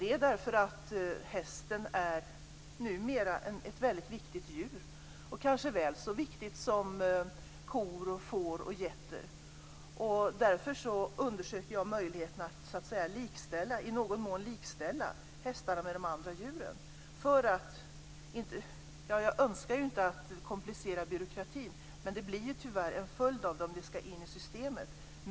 Det gör vi därför att hästen numera är ett väldigt viktigt djur - kanske väl så viktigt som kor, får och getter. Därför undersöker jag möjligheten att i någon mån likställa hästarna med de andra djuren. Jag önskar ju inte att komplicera byråkratin, men det blir tyvärr en följd om detta ska in i systemet.